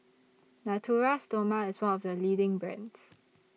Natura Stoma IS one of The leading brands